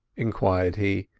enquired he.